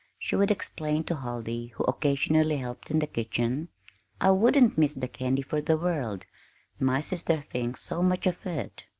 she would explain to huldy, who occasionally helped in the kitchen i wouldn't miss the candy for the world my sister thinks so much of it!